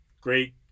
Great